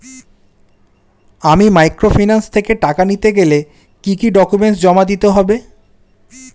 আমি মাইক্রোফিন্যান্স থেকে টাকা নিতে গেলে কি কি ডকুমেন্টস জমা দিতে হবে?